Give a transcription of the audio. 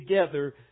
together